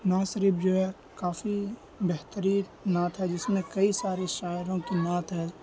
نعت شریف جو ہے کافی بہترین نعت ہے جس میں کئی سارے شاعروں کی نعت ہے